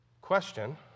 Question